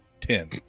ten